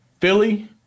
Philly